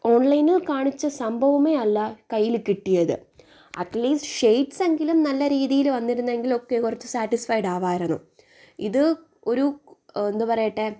ഓൺലൈനിൽ കാണിച്ച സംഭവമേ അല്ല കയ്യിൽ കിട്ടിയത് അറ്റ് ലീസ്റ്റ് ഷെയ്ഡ്സെങ്കിലും നല്ല രീതീയിൽ വന്നിരുന്നെങ്കിൽ ഒക്കെ കുറച്ച് സാറ്റിസ്ഫൈഡാവുമായിരുന്നു ഇത് ഒരു എന്ത് പറയണ്ടെ